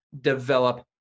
develop